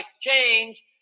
change